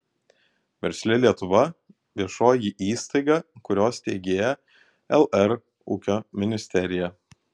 versli lietuva viešoji įstaiga kurios steigėja lr ūkio ministerija